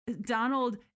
Donald